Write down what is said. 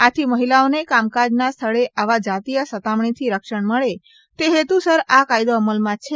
આથી મહિલાઓને કામકાજના સ્થળે આવા જાતિય સતામણીથી રક્ષણ મળે તે હેતુસર આ કાયદો અમલમાં છે